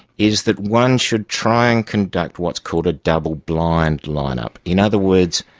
is that one should try and conduct what's called a double-blind line-up. in other words,